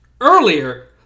earlier